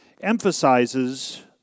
emphasizes